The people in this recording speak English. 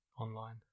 online